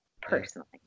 Personally